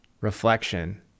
reflection